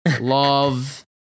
love